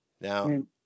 Now